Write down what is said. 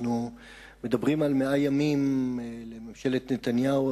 אנחנו מדברים על 100 ימים לממשלת נתניהו,